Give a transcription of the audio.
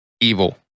evil